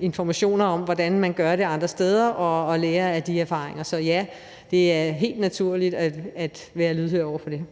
informationer om, hvordan man gør det andre steder, så vi kan lære af de erfaringer. Så ja, det er helt naturligt at være lydhør over for det.